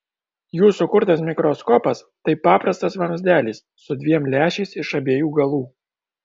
jų sukurtas mikroskopas tai paprastas vamzdelis su dviem lęšiais iš abiejų galų